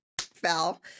fell